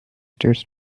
states